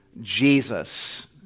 Jesus